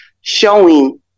showing